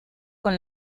con